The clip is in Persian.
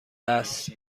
است